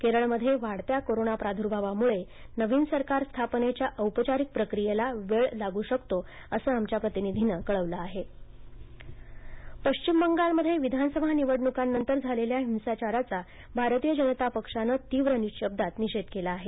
केरळमध्ये वाढत्या कोरोना प्रादुर्भावामुळे नवीन सरकार स्थापनेच्या औपचारिक प्रक्रियेला वेळ लागू शकतो असं आमच्या प्रतिनिधीनं म्हटलं आहे बंगाल हिंसाचार पश्चिम बंगालमध्ये विधानसभा निवडणुकांनंतर झालेल्या हिंसाचाराचा भारतीय जनता पार्टीनं तीव्र शब्दात निषेध केला आहे